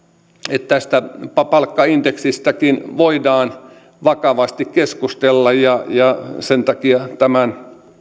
että tästä palkkaindeksistäkin voidaan vakavasti keskustella ja sen takia tämän